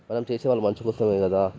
మనం చేసేది వాళ్ళ మంచి కోసం కదా